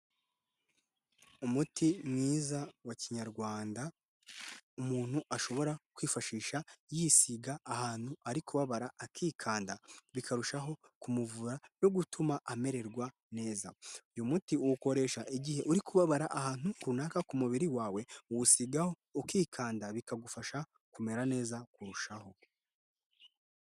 Umuti mwiza wa kinyarwanda, umuntu ashobora kwifashisha yisiga ahantu ari kubabara, akikanda bikarushaho kumuvura no gutuma amererwa neza, uyu muti uwukoresha igihe uri kubabara ahantu runaka ku mubiri wawe, uwusigaho ukikanda bikagufasha kumera neza kurushaho.